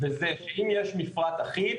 וזה שאם יש מפרט אחיד,